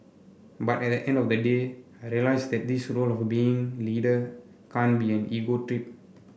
but at the end of the day I realised that this role of being leader can't be an ego trip